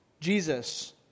Jesus